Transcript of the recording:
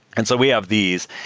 and so we have these.